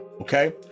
okay